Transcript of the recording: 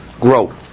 grow